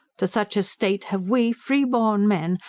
to such a state have we free-born men,